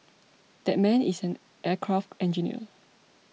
that man is an aircraft engineer